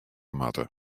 moatte